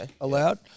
allowed